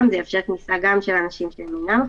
כנראה שככל שהאירוע גדול יותר אפשר גם להוזיל את